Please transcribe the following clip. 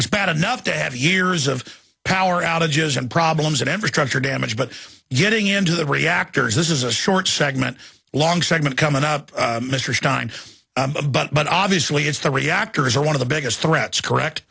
it's bad enough to have years of power outages and problems in infrastructure damage but getting into the reactors this is a short segment long segment coming up mr stein but obviously it's the reactors are one of the biggest threats correct